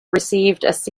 received